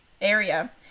area